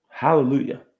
Hallelujah